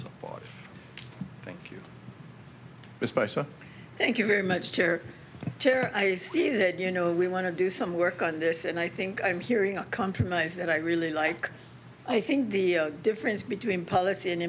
especially thank you very much chair chair i see that you know we want to do some work on this and i think i'm hearing a compromise that i really like i think the difference between policy